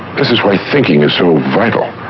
this is why thinking is so vital.